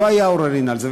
לא היו עוררין על זה.